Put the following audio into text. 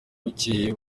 bukeye